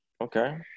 Okay